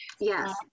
Yes